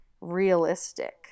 realistic